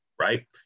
right